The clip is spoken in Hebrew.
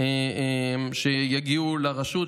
שיגיעו לרשות,